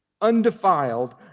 undefiled